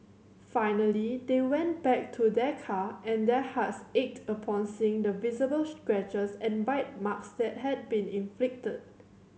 finally they went back to their car and their hearts ached upon seeing the visible scratches and bite marks that had been inflicted